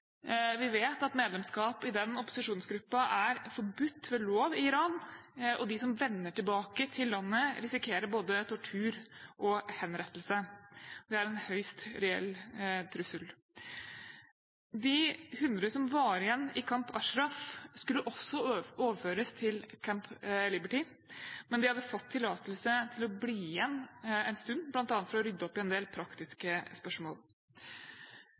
Vi vet at medlemskap i den opposisjonsgruppen er forbudt ved lov i Iran, og de som vender tilbake til landet, risikerer både tortur og henrettelse. Det er en høyst reell trussel. De 100 som var igjen i Camp Ashraf, skulle også overføres til Camp Liberty, men de hadde fått tillatelse til å bli igjen en stund, bl.a. for å rydde opp i en del praktiske spørsmål.